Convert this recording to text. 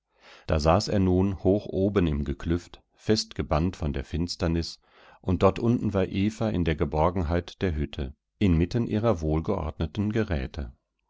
da saß er nun hoch oben im geklüft festgebannt von der finsternis und dort unten war eva in der geborgenheit der hütte inmitten ihrer wohlgeordneten geräte